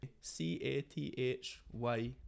c-a-t-h-y